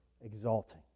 exalting